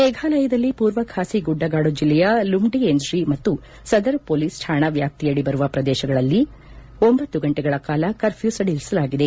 ಮೇಘಾಲಯದಲ್ಲಿ ಪೂರ್ವ ಖಾಸಿ ಗುಡ್ಡಗಾಡು ಜಿಲ್ಲೆಯ ಲುಮ್ನಿಯೆಂಜ್ರಿ ಮತ್ತು ಸದರ್ ಮೊಲೀಸ್ ಕಾಣಾ ವ್ಯಾಪ್ತಿಯಡಿ ಬರುವ ಪ್ರದೇಶಗಳಲ್ಲಿ ಒಂಬತ್ತು ಗಂಟೆಗಳ ಕಾಲ ಕಫ಼್ಯ್ಯೂ ಸಡಿಲಿಸಲಾಗಿದೆ